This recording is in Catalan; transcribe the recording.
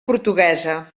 portuguesa